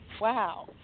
wow